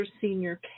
Senior